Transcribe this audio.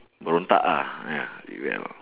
berontak ah ya rebel